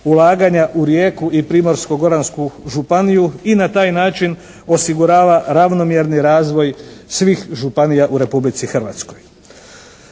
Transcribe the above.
ulaganja u Rijeku i Primorsko-goransku županiju i na taj način osigurava ravnomjerni razvoj svih županija u Republici Hrvatskoj.